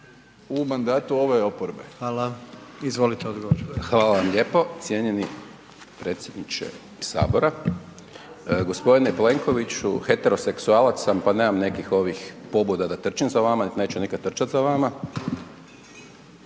**Hajdaš Dončić, Siniša (SDP)** Hvala vam lijepo, cijenjeni predsjedniče Sabora. Gospodine Plenkoviću, heteroseksualac sam pa nemam nekih ovih pobuda da trčim za vama niti neću nikada trčati za vama.